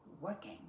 working